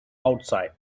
outside